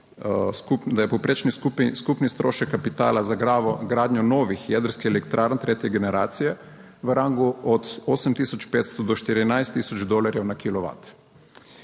da je povprečni skupni strošek kapitala za gradnjo novih jedrskih elektrarn tretje generacije v rangu od 8 tisoč 500 do 14 tisoč 000 dolarjev na